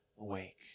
awake